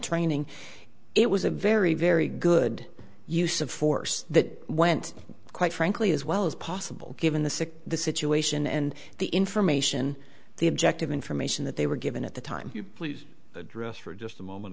training it was a very very good use of force that went quite frankly as well as possible given the sick the situation and the information the objective information that they were given at the time you please address for just a moment